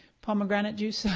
pomegranate juice.